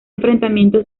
enfrentamiento